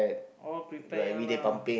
all prepared ya lah